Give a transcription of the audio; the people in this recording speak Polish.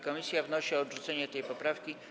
Komisja wnosi o odrzucenie tej poprawki.